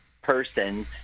Person